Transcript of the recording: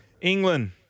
England